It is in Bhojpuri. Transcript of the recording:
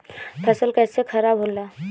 फसल कैसे खाराब होला?